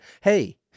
hey